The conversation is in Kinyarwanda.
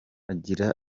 agira